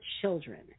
children